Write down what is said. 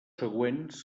següents